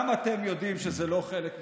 גם אתם יודעים שזה לא חלק מישראל.